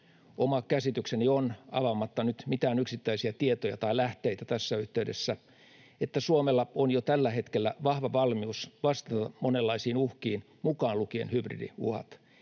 Oma käsitykseni on — avaamatta nyt mitään yksittäisiä tietoja tai lähteitä tässä yhteydessä — että Suomella on jo tällä hetkellä vahva valmius vastata monenlaisiin uhkiin mukaan lukien hybridiuhat.